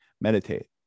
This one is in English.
Meditate